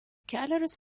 kelerius